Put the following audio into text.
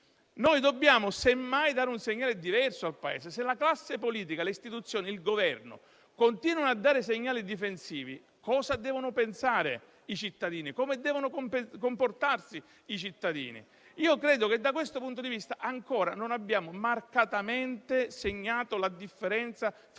Dobbiamo, semmai, dare un segnale diverso al Paese. Se la classe politica, le istituzioni e il Governo continuano a dare segnali difensivi, cosa devono pensare i cittadini? Come devono comportarsi? Credo che da questo punto di vista ancora non abbiamo marcatamente segnato la differenza tra